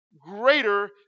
greater